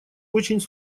очень